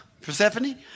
Persephone